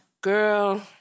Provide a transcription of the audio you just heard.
Girl